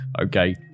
okay